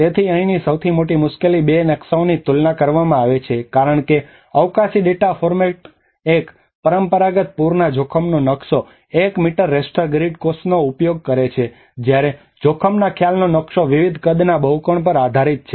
તેથી અહીંની સૌથી મોટી મુશ્કેલી બે નકશાઓની તુલના કરવામાં છે કારણ કે અવકાશી ડેટા ફોર્મેટ એક પરંપરાગત પૂરના જોખમનો નકશો એક મીટર રેસ્ટર ગ્રીડ કોષોનો ઉપયોગ કરે છે જ્યારે જોખમના ખ્યાલનો નકશો વિવિધ કદના બહુકોણ પર આધારિત છે